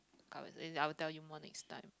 as in I will tell you more next time